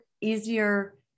easier